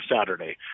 Saturday